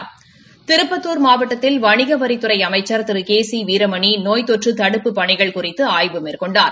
திருப்பத்தார் மாவட்டத்தில் வணிகவரித்துறை அமைச்சள் திரு கே சி வீரமணி நோய் தொற்று தடுப்புப் பணிகள் குறித்து ஆய்வு மேற்கொண்டார்